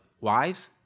wives